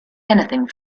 anything